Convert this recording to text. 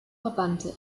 verbannte